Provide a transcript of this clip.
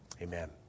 Amen